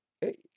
Hey